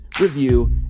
review